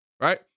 right